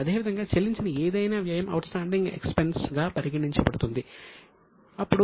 అదేవిధంగా చెల్లించని ఏదైనా వ్యయం అవుట్ స్టాండింగ్ ఎక్స్పెన్స్ గా పరిగణించబడుతుంది